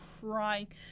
crying